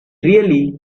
really